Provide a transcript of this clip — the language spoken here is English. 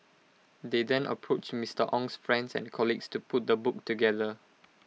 they then approached Mister Ong's friends and colleagues to put the book together